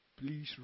Please